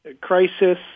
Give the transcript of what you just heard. crisis